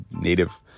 Native